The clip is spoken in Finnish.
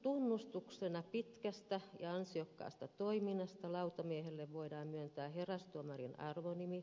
tunnustuksena pitkästä ja ansiokkaasta toiminnasta lautamiehelle voidaan myöntää herastuomarin arvonimi